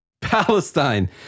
Palestine